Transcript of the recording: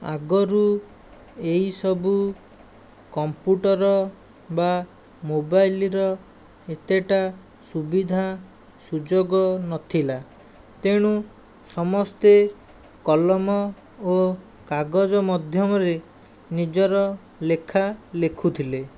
ଆଗରୁ ଏହିସବୁ କମ୍ପ୍ୟୁଟର ବା ମୋବାଇଲ୍ର ଏତେଟା ସୁବିଧା ସୁଯୋଗ ନଥିଲା ତେଣୁ ସମସ୍ତେ କଲମ ଓ କାଗଜ ମାଧ୍ୟମରେ ନିଜର ଲେଖା ଲେଖୁଥିଲେ